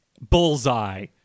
Bullseye